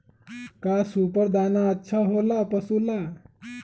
का सुपर दाना अच्छा हो ला पशु ला?